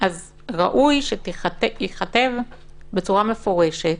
ראוי שייכתב בצורה מפורשת